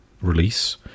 release